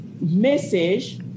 message